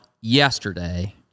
yesterday